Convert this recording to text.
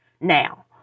Now